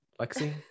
Lexi